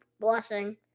blessing